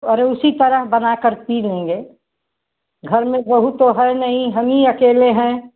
तो अरे उसी तरह बनाकर पी लेंगे घर में बहू तो हैं नहीं हम ही अकेले हैं